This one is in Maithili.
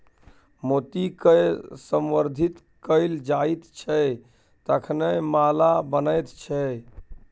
मोतीकए संवर्धित कैल जाइत छै तखने माला बनैत छै